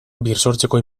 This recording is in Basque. birsortzeko